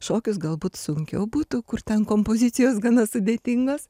šokius galbūt sunkiau būtų kur ten kompozicijos gana sudėtingos